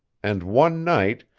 and one night,